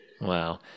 Wow